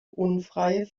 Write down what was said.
unfreie